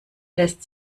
lässt